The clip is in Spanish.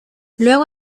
luego